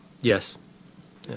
Yes